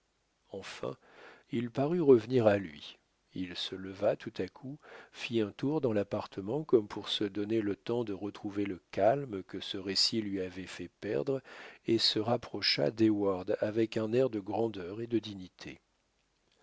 enfin il parut revenir à lui il se leva tout à coup fit un tour dans l'appartement comme pour se donner le temps de retrouver le calme que ce récit lui avait fait perdre et se rapprocha d'heyward avec un air de grandeur et de dignité